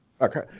Okay